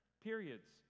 periods